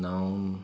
noun